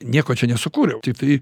nieko čia nesukūriau tiktai